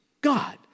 God